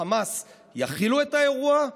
חמאס יכילו את האירוע?